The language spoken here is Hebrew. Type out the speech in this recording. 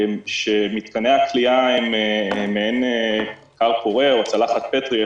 שמתקני הכליאה הם כר פורה או צלחת פטרי,